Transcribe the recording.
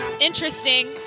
Interesting